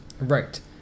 Right